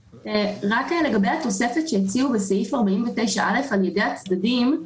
לגבי התוספת שהציעו בסעיף 49(א), "על ידי הצדדים",